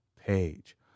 page